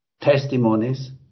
testimonies